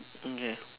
okay